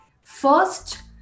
first